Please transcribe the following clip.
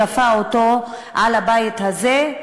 שהוא כפה אותו על הבית הזה,